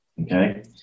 Okay